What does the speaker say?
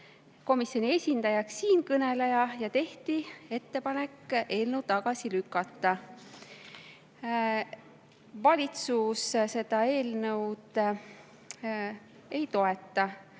komisjoni esindajaks siinkõneleja. Ja tehti ettepanek eelnõu tagasi lükata. Valitsus seda eelnõu ei toeta.